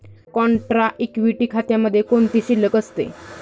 Contra equity खात्यामध्ये कोणती शिल्लक असते?